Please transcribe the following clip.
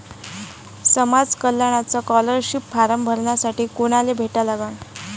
समाज कल्याणचा scholarship form भरासाठी कुनाले भेटा लागन?